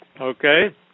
Okay